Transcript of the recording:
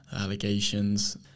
allegations